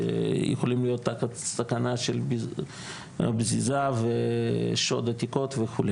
שיכולים להיות סכנה של בזיזה ושוד עתיקות וכו'.